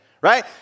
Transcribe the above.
right